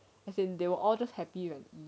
as if they were just happy when